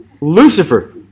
Lucifer